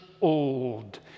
old